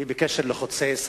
היא בנושא חוצה-ישראל.